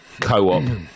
Co-op